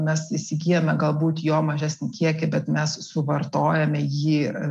mes įsigyjame galbūt jo mažesnį kiekį bet mes suvartojame jį